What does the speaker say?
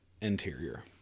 interior